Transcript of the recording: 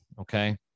Okay